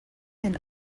and